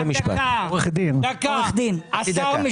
בקצרה.